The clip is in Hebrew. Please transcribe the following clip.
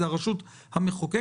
זה הרשות המחוקקת,